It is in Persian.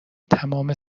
تمام